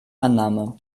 annahme